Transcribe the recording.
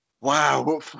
wow